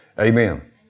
Amen